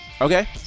Okay